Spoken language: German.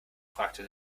fragte